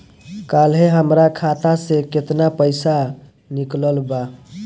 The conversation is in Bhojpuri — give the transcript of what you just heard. काल्हे हमार खाता से केतना पैसा निकलल बा?